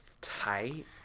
tight